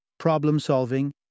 problem-solving